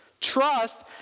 Trust